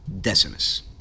Decimus